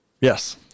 Yes